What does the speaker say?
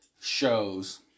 shows